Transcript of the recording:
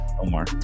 Omar